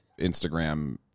Instagram